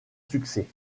succès